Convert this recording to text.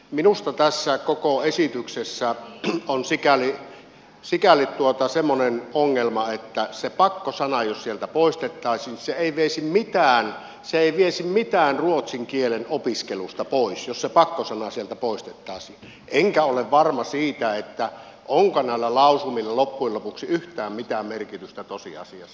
minusta tässä koko esityksessä on sikäli semmoinen ongelma että se pakko sana jos sieltä poistettaisiin niin se ei veisi mitään ruotsin kielen opiskelusta pois jos se pakko sana sieltä poistettaisiin enkä ole varma siitä onko näillä lausumilla loppujen lopuksi yhtään mitään merkitystä tosiasiassa